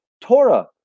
Torah